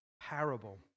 parable